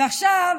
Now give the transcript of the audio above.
ועכשיו,